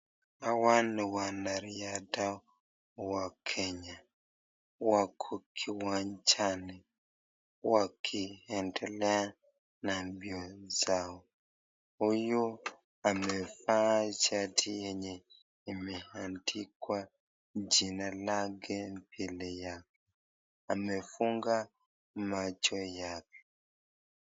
Hawa ni wanariadha wa kenya wako kiwanjani wakiendelea na mbio zao, huyu amevaa shati yenye imeandikwa jina lake mbele yake, amefunga macho yake.